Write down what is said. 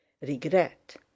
regret